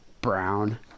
Brown